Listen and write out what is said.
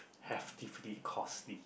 heftily costly